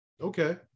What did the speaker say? Okay